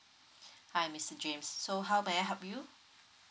hi mister james so how may I help you